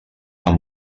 amb